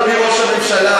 אדוני ראש הממשלה,